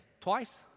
twice